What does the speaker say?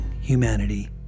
humanity